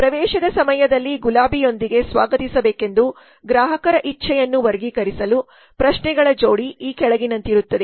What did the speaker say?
ಪ್ರವೇಶದ ಸಮಯದಲ್ಲಿ ಗುಲಾಬಿಯೊಂದಿಗೆ ಸ್ವಾಗತಿಸಬೇಕೆಂದು ಗ್ರಾಹಕರ ಇಚ್ಚೆಯನ್ನು ವರ್ಗೀಕರಿಸಲು ಪ್ರಶ್ನೆಗಳ ಜೋಡಿ ಈ ಕೆಳಗಿನಂತಿರುತ್ತದೆ